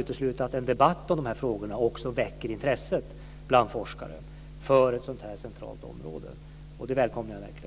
utesluta att en debatt om de här frågorna också väcker intresset bland forskare för ett så här centralt område. Det välkomnar jag verkligen.